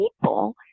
people